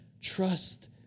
Trust